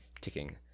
ticking